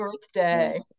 birthday